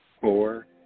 four